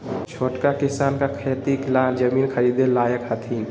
छोटका किसान का खेती ला जमीन ख़रीदे लायक हथीन?